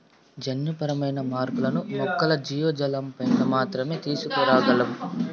జన్యుపరమైన మార్పులను మొక్కలు, జీవజాలంపైన మాత్రమే తీసుకురాగలం